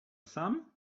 sam